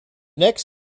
next